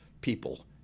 people